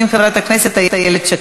ועדת הסמים.